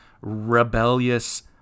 rebellious